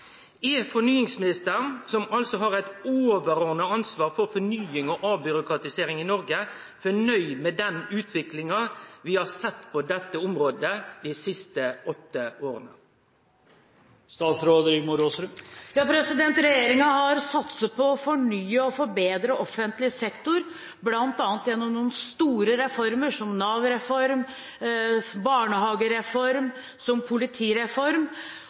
Er fornyingsministeren, som altså har eit overordna ansvar for fornying og avbyråkratisering i Noreg, fornøgd med den utviklinga vi har sett på dette området dei siste åtte åra? Regjeringen har satset på å fornye og forbedre offentlig sektor, bl.a. gjennom noen store reformer som Nav-reform, barnehagereform og politireform,